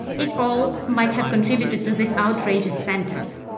it all might have contributed to this outrageous sentence.